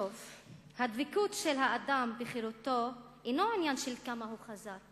הדבקות של האדם בחירותו אינה עניין של כמה הוא חזק